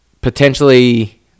potentially